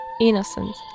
innocent